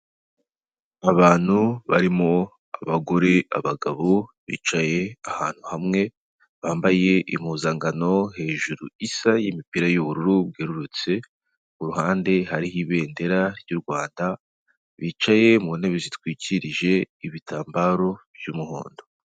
Abantu barimo abagore, abagabo bicaye ahantu hamwe bambaye impuzankano hejuru isa y'imipira y'ubururu bwerurutse, ku ruhande hariho ibendera ry'u Rwanda bicaye mu ntebe zitwikirije ibitambaro by'umuhondo.